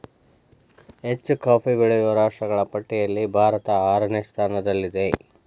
ಹೆಚ್ಚು ಕಾಫಿ ಬೆಳೆಯುವ ರಾಷ್ಟ್ರಗಳ ಪಟ್ಟಿಯಲ್ಲಿ ಭಾರತ ಆರನೇ ಸ್ಥಾನದಲ್ಲಿದೆ